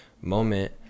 moment